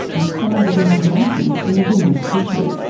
and signs of inflammation in the women's tissue.